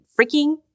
freaking